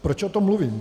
Proč o tom mluvím?